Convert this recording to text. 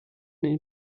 den